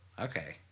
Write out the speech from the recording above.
Okay